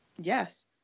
Yes